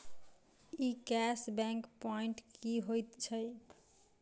ई cash back point की होइत छैक?